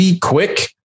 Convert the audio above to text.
quick